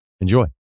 Enjoy